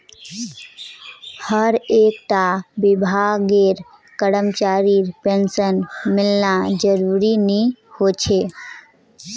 हर एक टा विभागेर करमचरीर पेंशन मिलना ज़रूरी नि होछे